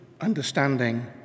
understanding